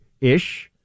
ish